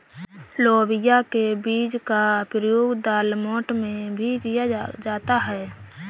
लोबिया के बीज का प्रयोग दालमोठ में भी किया जाता है